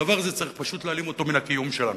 הדבר הזה צריך פשוט להלאים אותו מהקיום שלנו.